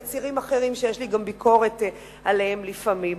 לצירים אחרים שיש לי גם ביקורת עליהם לפעמים,